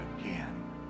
again